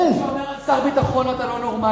מה עם שר חוץ שאומר על שר ביטחון: אתה לא נורמלי?